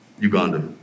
Uganda